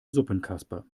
suppenkasper